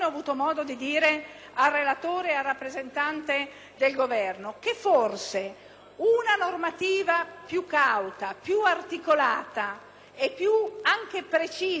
una normativa più cauta, più articolata e anche più precisa rispetto alle varie situazioni ci avrebbe trovato d'accordo. Così non è stato.